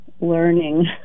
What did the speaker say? learning